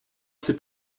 ses